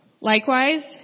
Likewise